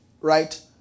right